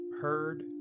heard